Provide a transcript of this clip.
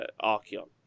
Archeon